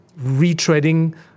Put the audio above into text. retreading